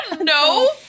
no